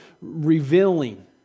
revealing